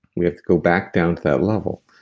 we have to go back down to that level,